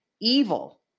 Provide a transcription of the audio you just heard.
evil